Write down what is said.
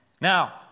Now